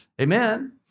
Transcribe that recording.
Amen